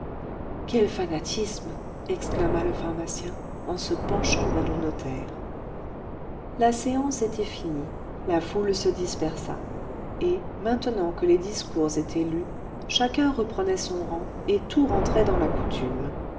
quel fanatisme exclama le pharmacien en se penchant vers le notaire la séance était finie la foule se dispersa et maintenant que les discours étaient lus chacun reprenait son rang et tout rentrait dans la coutume